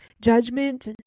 Judgment